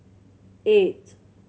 eight